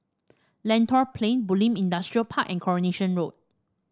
Lentor Plain Bulim Industrial Park and Coronation Road